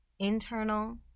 internal